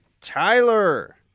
Tyler